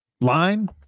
Line